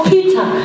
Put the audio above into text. Peter